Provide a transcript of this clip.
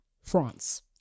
france